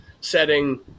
setting